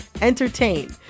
entertain